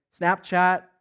Snapchat